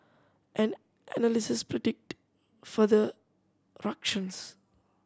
and analysts predict further ructions